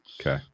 Okay